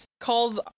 calls